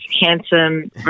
handsome